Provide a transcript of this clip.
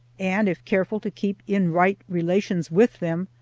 and if careful to keep in right relations with them,